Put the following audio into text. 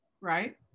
right